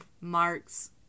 Mark's